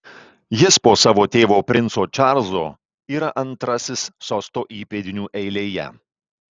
jis po savo tėvo princo čarlzo yra antrasis sosto įpėdinių eilėje